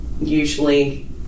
usually